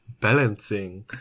balancing